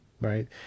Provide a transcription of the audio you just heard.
right